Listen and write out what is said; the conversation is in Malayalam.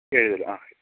ഏഴു കിലോ ആ